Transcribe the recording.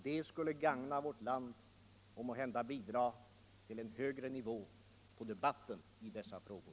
Det skulle gagna vårt land och måhända bidra till en högre nivå på debatten i dessa frågor.